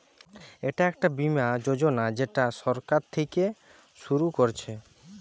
এটা একটা বীমা যোজনা যেটা সরকার থিকে শুরু করছে